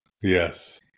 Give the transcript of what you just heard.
Yes